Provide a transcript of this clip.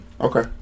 Okay